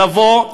לבוא,